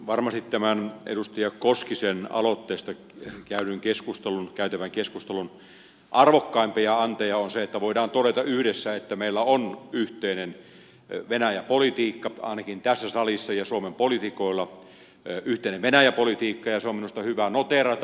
varmasti tämän edustaja koskisen aloitteesta käytävän keskustelun arvokkaimpia anteja on se että voidaan todeta yhdessä että meillä on yhteinen venäjä politiikka ainakin tässä salissa ja suomen poliitikoilla yhteinen venäjä politiikka ja se on minusta hyvä noteerata